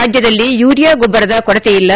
ರಾಜ್ಯದಲ್ಲಿ ಯೂರಿಯಾ ಗೊಬ್ಬರದ ಕೊರತೆ ಇಲ್ಲ